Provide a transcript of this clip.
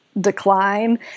decline